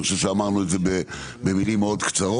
אני חושב שאמרנו את זה במילים מאוד קצרות.